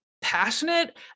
passionate